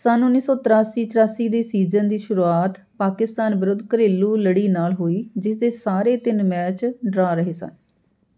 ਸੰਨ ਉੱਨੀ ਸੌ ਤਰਾਸੀ ਚੁਰਾਸੀ ਦੇ ਸੀਜਨ ਦੀ ਸ਼ੁਰੂਆਤ ਪਾਕਿਸਤਾਨ ਵਿਰੁੱਧ ਘਰੇਲੂ ਲੜੀ ਨਾਲ ਹੋਈ ਜਿਸ ਦੇ ਸਾਰੇ ਤਿੰਨ ਮੈਚ ਡਰਾਅ ਰਹੇ ਸਨ